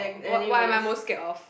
what what I'm most scared of